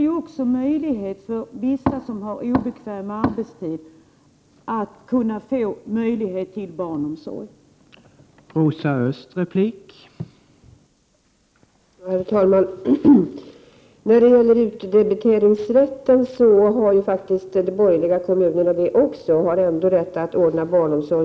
Med ett sådant öppethållande kan även föräldrar med obekväm arbetstid få sin barnomsorg ordnad.